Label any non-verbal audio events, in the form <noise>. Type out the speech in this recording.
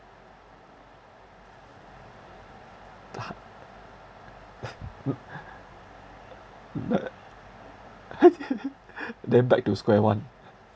<noise> <laughs> <noise> <laughs> then back to square one <laughs>